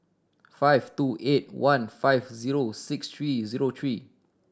five two eight one five zero six three zero three